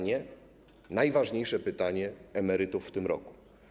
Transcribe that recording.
Najważniejsze pytanie emerytów w tym roku: